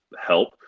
help